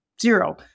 Zero